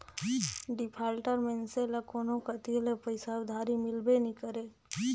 defaulter मइनसे ल कोनो कती ले पइसा उधारी मिलबे नी करे